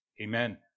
Amen